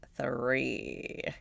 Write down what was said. three